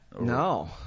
No